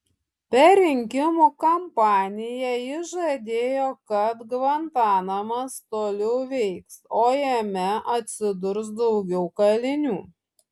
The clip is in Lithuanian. per rinkimų kampaniją jis žadėjo kad gvantanamas toliau veiks o jame atsidurs daugiau kalinių